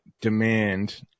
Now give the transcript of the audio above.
demand